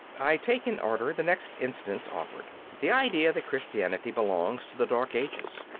i take in order the next instance offered the idea that christianity belongs to the dark ages.